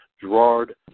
Gerard